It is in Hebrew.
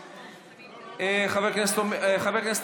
נוכח, חבר הכנסת